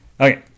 Okay